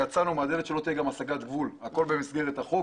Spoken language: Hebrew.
ויצאנו מהדלת כדי שלא תהיה הסגת גבול הכול במסגרת החוק,